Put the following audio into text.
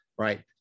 Right